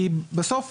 בסוף,